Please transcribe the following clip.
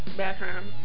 background